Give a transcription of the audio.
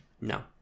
No